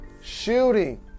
shooting